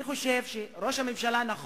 אני חושב שראש הממשלה, נכון,